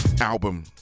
album